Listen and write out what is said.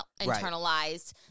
internalized